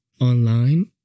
online